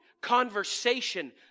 conversation